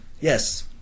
Yes